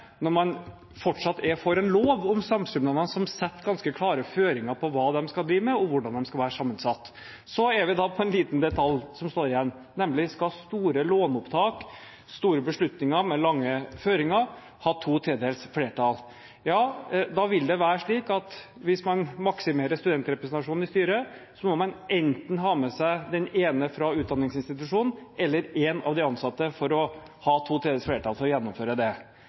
når man fortsatt er for en lov om samskipnadene som legger ganske klare føringer på hva de skal drive med, og hvordan de skal være sammensatt. Så er det en liten detalj som står igjen, nemlig: Skal store låneopptak, store beslutninger med lange føringer, ha to tredjedels flertall? Ja, da vil det være slik at hvis man maksimerer studentrepresentasjonen i styret, må man enten ha med seg den ene fra utdanningsinstitusjonen eller en av de ansatte for å ha to tredjedels flertall for å gjennomføre det.